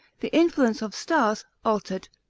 the influence of stars, altered,